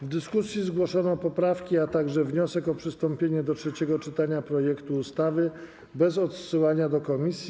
W dyskusji zgłoszono poprawki, a także wniosek o przystąpienie do trzeciego czytania projektu ustawy bez odsyłania do komisji.